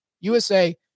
USA